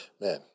Man